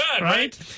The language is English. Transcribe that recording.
right